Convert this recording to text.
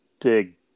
big